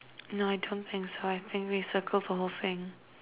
no I don't think so I think we circle the whole thing